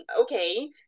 okay